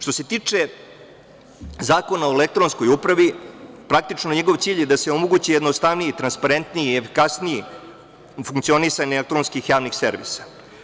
Što se tiče Zakona o elektronskoj upravi, njegov cilj je da se omogući jednostavnije, transparentnije i efikasnije funkcionisanje elektronskih javnih servisa.